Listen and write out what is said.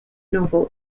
novel